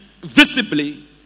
visibly